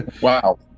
Wow